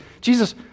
Jesus